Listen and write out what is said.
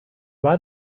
war